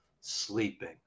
sleeping